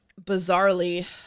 bizarrely